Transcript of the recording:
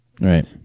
Right